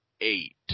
eight